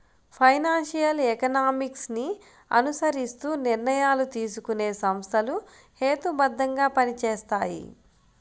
financial economics ని అనుసరిస్తూ నిర్ణయాలు తీసుకునే సంస్థలు హేతుబద్ధంగా పనిచేస్తాయి